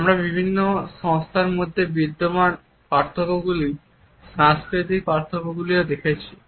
আমরা বিভিন্ন সংস্থার মধ্যে বিদ্যমান পার্থক্যগুলির সাংস্কৃতিক পার্থক্যগুলিও দেখেছি